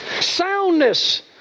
soundness